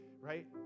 right